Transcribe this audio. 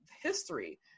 history